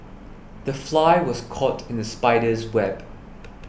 the fly was caught in the spider's web